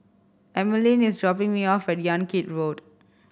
Emeline is dropping me off at Yan Kit Road